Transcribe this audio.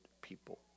people